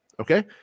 Okay